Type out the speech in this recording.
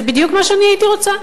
זה בדיוק מה שהייתי רוצה.